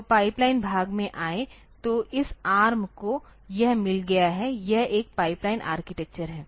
तो पाइपलाइन भाग में आये तो इस ARM को यह मिल गया है यह एक पाइपलाइन आर्किटेक्चर है